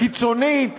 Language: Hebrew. קיצונית,